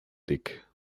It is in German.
dick